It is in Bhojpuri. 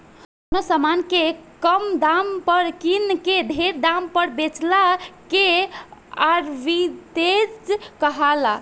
कवनो समान के कम दाम पर किन के ढेर दाम पर बेचला के आर्ब्रिट्रेज कहाला